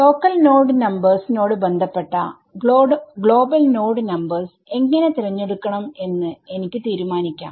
local node numbers നോട് ബന്ധപ്പെട്ട global node numbers എങ്ങനെ തിരഞ്ഞെടുക്കണം എന്ന് എനിക്ക് തീരുമാനിക്കാം